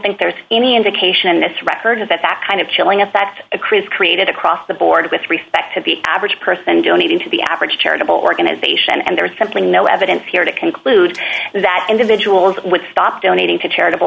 there's any indication in this record that that kind of chilling effect chris created across the board with respect to the average person donating to the average charitable organization and there is simply no evidence here to conclude that individuals would stop donating to charitable